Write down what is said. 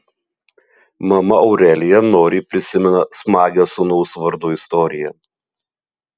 mama aurelija noriai prisimena smagią sūnaus vardo istoriją